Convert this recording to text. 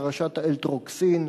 פרשת ה"אלטרוקסין",